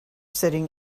sitting